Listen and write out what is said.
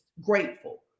grateful